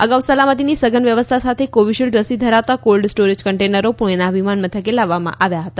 અગાઉ સલામતીની સઘન વ્યવસ્થા સાથે કોવીશીલ્ડ રસી ધરાવતા કોલ્ડ સ્ટોરેજ કન્ટેનરો પુણેના વિમાનમથકે લાવવામાં આવ્યા હતા